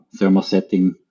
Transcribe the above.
thermosetting